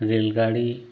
रेलगाड़ी